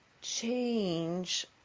change